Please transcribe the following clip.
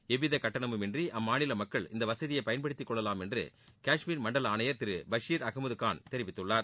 எவ்வித கட்டணமும் இன்றி அம்மாநில மக்கள் இந்த வசதியை பயன்படுத்திக் கொள்ளலாம் என்று காஷ்மீர் மண்டல ஆணையர் திரு பஷீர் அகமது கான் தெரிவித்துள்ளார்